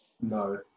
No